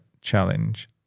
challenge